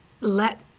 let